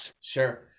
Sure